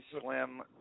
slim